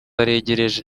aregereje